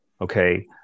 okay